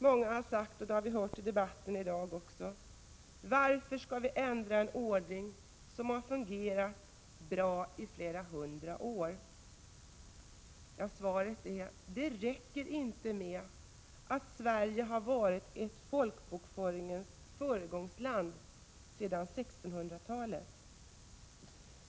Många har frågat sig, det har vi också hört i debatten i dag, varför vi skall ändra en ordning som fungerat bra i flera hundra år. Svaret är: Det räcker inte med att Sverige har varit ett folkbokföringens föregångsland sedan 1600-talet.